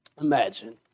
imagine